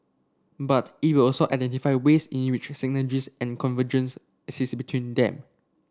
but it will also identify ways in which synergies and convergence exist between them